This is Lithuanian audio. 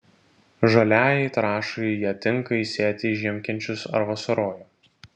žaliajai trąšai ją tinka įsėti į žiemkenčius ar vasarojų